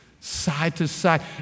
side-to-side